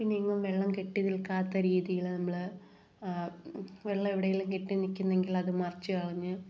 പിന്നെ എങ്ങും വെള്ളം കെട്ടി നിൽക്കാത്ത രീതിയിൽ നമ്മൾ വെള്ളം എവിടെയെങ്കിലും കെട്ടി നിൽക്കുന്നെങ്കിലത് മറിച്ച് കളഞ്ഞ്